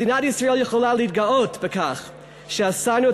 מדינת ישראל יכולה להתגאות בכך שאסרנו את